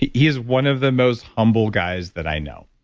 he he is one of the most humble guys that i know.